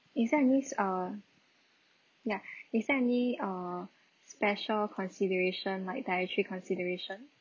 is there any s~ err yeah is there any err special consideration like dietary consideration